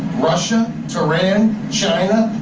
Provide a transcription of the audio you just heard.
russia? tehran? china?